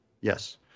Yes